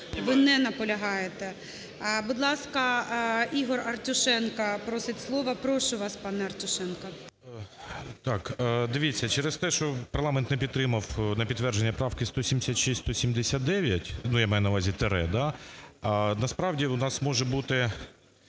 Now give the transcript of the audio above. Ви не наполягаєте. Будь ласка, Ігор Артюшенко просить слово. Прошу вас, пане Артюшенко. 13:27:23 АРТЮШЕНКО І.А. Дивіться, через те, що парламент не підтримав на підтвердження правки 176-179 (ну, я маю на увазі тире), насправді у нас може бути